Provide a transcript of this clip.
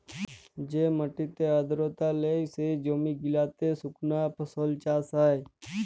যে মাটিতে আদ্রতা লেই, সে জমি গিলাতে সুকনা ফসল চাষ হ্যয়